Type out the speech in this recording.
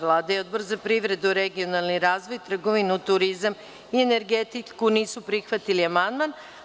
Vlada i Odbor za privredu, regionalni razvoj, trgovinu, turizam i energetiku nisu prihvatili amandman.